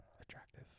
attractive